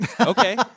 Okay